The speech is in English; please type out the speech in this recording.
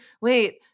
wait